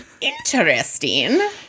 interesting